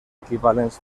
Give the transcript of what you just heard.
equivalents